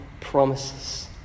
promises